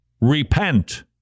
Repent